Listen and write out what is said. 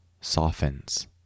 softens